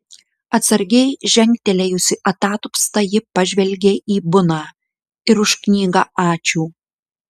atsargiai žengtelėjusi atatupsta ji pažvelgė į buną ir už knygą ačiū